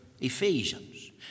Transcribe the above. Ephesians